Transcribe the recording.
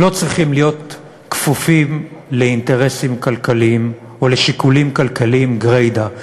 לא צריכים להיות כפופים לאינטרסים כלכליים או לשיקולים כלכליים גרידא.